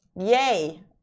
yay